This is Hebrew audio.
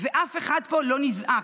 ואף אחד פה לא נזעק.